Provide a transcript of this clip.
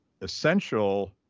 essential